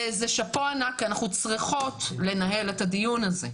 זה שאפו ענק כי אנחנו צריכות לנהל את הדיון הזה,